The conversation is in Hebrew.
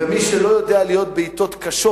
ומי שלא יודע להיות בעתות קשות,